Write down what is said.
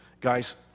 Guys